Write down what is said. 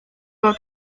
było